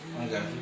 Okay